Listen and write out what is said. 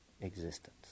existence